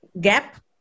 gap